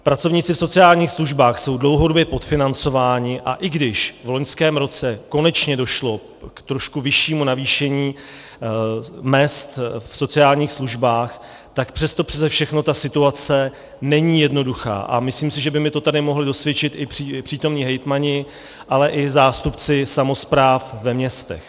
Pracovníci v sociálních službách jsou dlouhodobě podfinancovaní, a i když v loňském roce konečně došlo k trošku vyššímu navýšení mezd v sociálních službách, tak přesto přese všechno ta situace není jednoduchá a myslím si, že by mi to tady mohli dosvědčit i přítomní hejtmani, ale i zástupci samospráv ve městech.